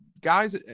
guys